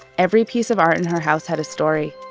every piece of art in her house had a story.